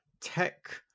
tech